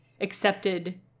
accepted